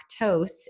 lactose